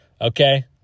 okay